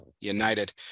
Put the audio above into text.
United